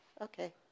okay